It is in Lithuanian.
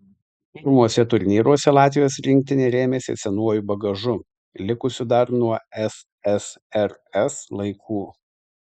pirmuose turnyruose latvijos rinktinė rėmėsi senuoju bagažu likusiu dar nuo ssrs laikų